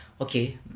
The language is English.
okay